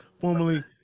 formerly